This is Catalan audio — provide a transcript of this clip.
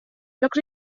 llocs